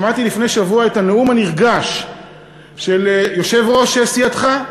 שמעתי לפני שבוע את הנאום הנרגש של יושב-ראש סיעתך,